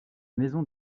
maison